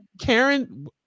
Karen